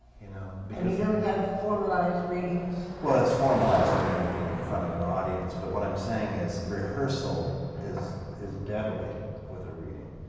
you know? and you don't have formalized readings? well, it's formalized. i mean, it would be in front of an audience. but what i'm saying is, rehearsal is is deadly with a reading.